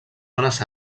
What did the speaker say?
zones